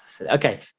okay